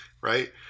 right